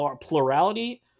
plurality